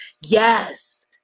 yes